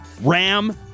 RAM